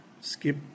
skip